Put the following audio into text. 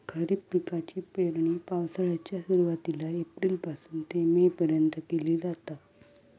खरीप पिकाची पेरणी पावसाळ्याच्या सुरुवातीला एप्रिल पासून ते मे पर्यंत केली जाता